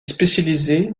spécialisé